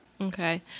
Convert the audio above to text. Okay